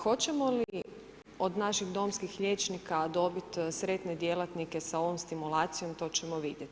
Hoćemo li od naših domskih liječnika dobit sretne djelatnike sa ovom stimulacijom, to ćemo vidjet.